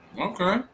Okay